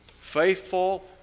Faithful